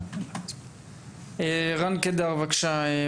רן קידר מההסתדרות בזום,